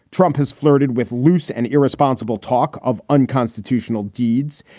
trump has flirted with loose and irresponsible talk of unconstitutional deeds.